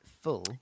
full